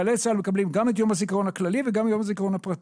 שמקבלים גם את יום הזיכרון הכללי וגם את יום הזיכרון הפרטי.